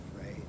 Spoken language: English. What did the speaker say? right